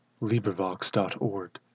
LibriVox.org